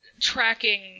tracking